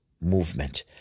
movement